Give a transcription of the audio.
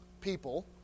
people